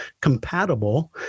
compatible